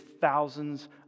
thousands